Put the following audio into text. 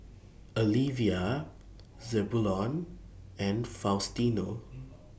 Alivia Zebulon and Faustino